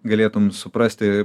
galėtum suprasti